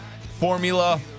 formula